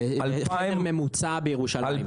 ממוצע בירושלים.